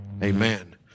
Amen